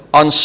on